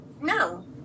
No